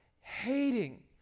hating